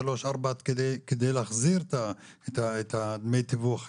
שלוש וארבע כדי להחזיר את דמי התיווך האלה.